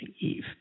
Eve